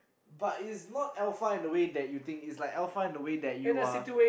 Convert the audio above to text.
but is not alpha in the way that you think is but alpha in a way that you are